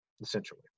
essentially